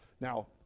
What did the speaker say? Now